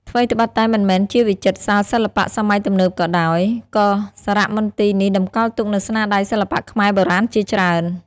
ថ្វីត្បិតតែមិនមែនជាវិចិត្រសាលសិល្បៈសម័យទំនើបក៏ដោយ ក៏សារមន្ទីរនេះតម្កល់ទុកនូវស្នាដៃសិល្បៈខ្មែរបុរាណជាច្រើន។